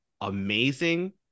amazing